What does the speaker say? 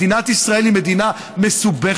מדינת ישראל היא מדינה מסובכת.